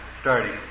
starting